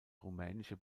rumänische